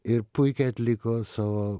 ir puikiai atliko savo